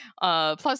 Plus